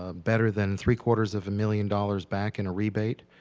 ah better than three quarters of a million dollars back in a rebate.